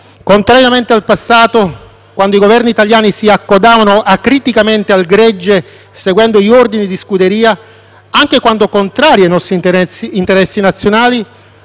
Contrariamente al passato, quando i Governi italiani si accodavano acriticamente al gregge, seguendo gli ordini di scuderia, anche quando contrari ai nostri interessi nazionali,